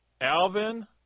Alvin